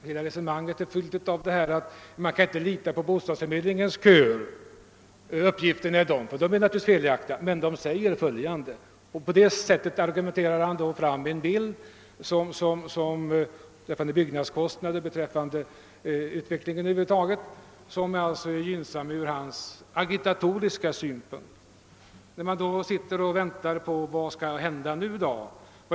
Hela hans resonemang är fyllt av påståenden som att >man inte kan lita på bostadsförmedlingens statistik; den är felaktig; men bostadsförmedlingen säger följande» o.s.v. På det sättet argumenterar han fram en situation beträffande byggnadskostnaderna och utvecklingen över huvud taget som är gynnsam från hans agitatoriska synpunkter. Man sitter då och väntar på vilka förslag som skall komma.